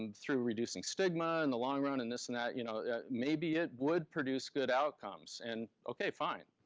and through reducing stigma in the long run and this and that, you know yeah maybe it would produce good outcomes. and okay, fine.